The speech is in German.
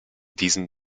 diesen